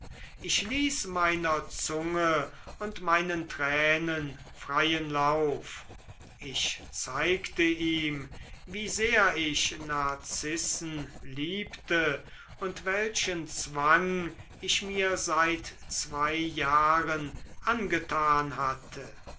ich ließ meiner zunge und meinen tränen freien lauf ich zeigte ihm wie sehr ich narzissen liebte und welchen zwang ich mir seit zwei jahren angetan hatte